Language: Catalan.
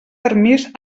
permís